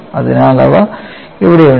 അതിനാൽ അവ ഇവിടെയുണ്ട്